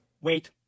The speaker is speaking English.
Wait